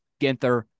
Ginther